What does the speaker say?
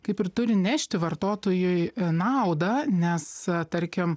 kaip ir turi nešti vartotojui naudą nes tarkim